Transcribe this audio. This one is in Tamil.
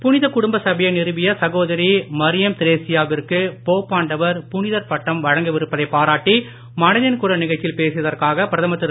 புனிதக் குடும்ப சபையை நிறுவிய சகோதரி மரியம் திரெசியா விற்கு போப்பாண்டவர் புனிதர் பட்டம் வழங்கவிருப்பதை பாராட்டி மனதின் குரல் நிகழ்ச்சியில் பேசியதற்காக பிரதமர் திரு